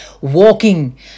walking